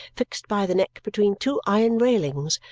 fixed by the neck between two iron railings,